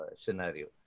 scenario